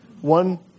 One